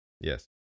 Yes